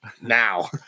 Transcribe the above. now